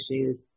issues